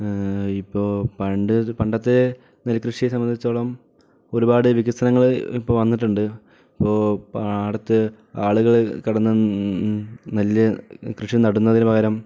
ഇപ്പോൾ പണ്ട് പണ്ടത്തെ നെൽക്കൃഷിയെ സംബന്ധിച്ചെടുത്തോളം ഒരുപാട് വികസനങ്ങൾ ഇപ്പോൾ വന്നിട്ടുണ്ട് അപ്പോൾ പാടത്ത് ആളുകൾ കിടന്ന് നെല്ല് കൃഷി നടുന്നതിന് പകരം